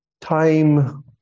Time